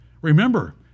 Remember